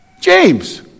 James